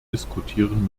diskutieren